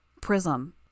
Prism